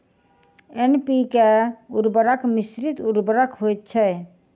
NPK उर्वरक मिश्रित उर्वरक होइत छै